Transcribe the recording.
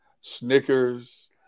Snickers